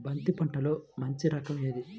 బంతి పంటలో మంచి రకం ఏది?